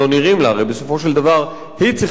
הרי בסופו של דבר היא צריכה לבחור,